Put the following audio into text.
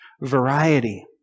variety